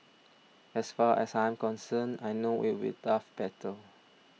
as far as I'm concerned I know it will tough battle